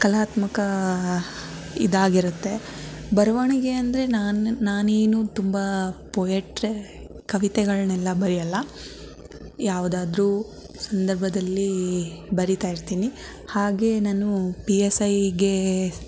ಕಲಾತ್ಮಕ ಇದಾಗಿರತ್ತೆ ಬರವಣಿಗೆ ಅಂದರೆ ನಾನು ನಾನೇನು ತುಂಬ ಪೋಯೆಟ್ರಿ ಕವಿತೆಗಳನ್ನೆಲ್ಲ ಬರೆಯಲ್ಲ ಯಾವುದಾದ್ರೂ ಸಂದರ್ಭದಲ್ಲಿ ಬರಿತಾ ಇರ್ತೀನಿ ಹಾಗೆ ನಾನು ಪಿ ಎಸ್ ಐಗೆ